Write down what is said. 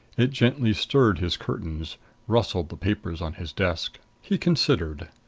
it gently stirred his curtains rustled the papers on his desk. he considered.